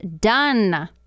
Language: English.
done